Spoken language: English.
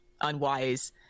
unwise